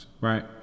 right